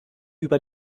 über